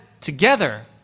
together